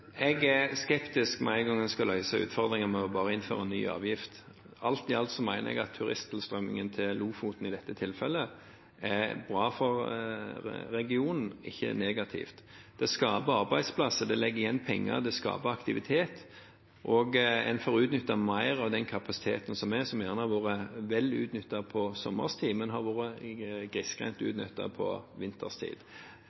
Jeg er skeptisk med en gang en skal løse utfordringer ved bare å innføre en ny avgift. Alt i alt mener jeg at turisttilstrømningen, til Lofoten i dette tilfellet, er bra for regionen, ikke negativt. Det skaper arbeidsplasser, det legger igjen penger, det skaper aktivitet, og en får utnyttet mer av den kapasiteten som gjerne har vært vel utnyttet sommerstid, men